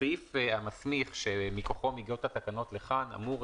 הסעיף המסמיך שמכוחו מגיעות התקנות לכאן אמור